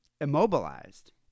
immobilized